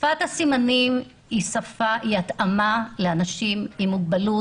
שפת הסימנים היא התאמה לאנשים עם מוגבלות,